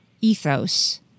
ethos